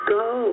go